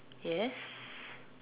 yes